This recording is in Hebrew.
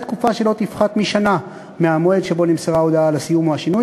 לתקופה שלא תפחת משנה מהמועד שבו נמסרה ההודעה לסיום או השינוי,